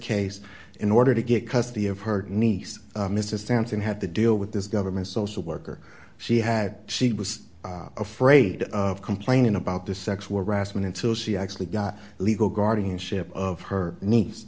case in order to get custody of her niece mrs stanton had to deal with this government social worker she had she was afraid of complaining about the sexual harassment until she actually got legal guardianship of her n